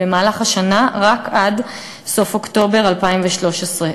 רק עד סוף אוקטובר 2013,